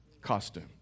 costume